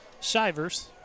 Shivers